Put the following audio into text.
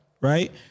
right